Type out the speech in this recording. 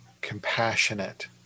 compassionate